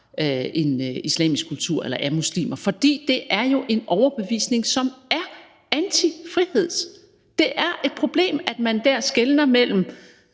en islamisk kultur eller er muslimer. For det er jo en overbevisning, som er udtryk for antifrihed. Det er et problem, at man der skelner mellem